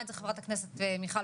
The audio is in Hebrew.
מהקב"ט של רמב"ם,